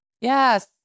Yes